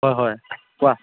হয় হয় কোৱা